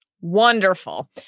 Wonderful